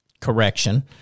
correction